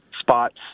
spots